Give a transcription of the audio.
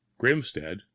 Grimstead